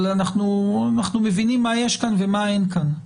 אבל אנחנו מבינים מה יש כאן ומה אין כאן.